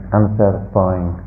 unsatisfying